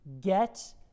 get